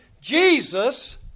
Jesus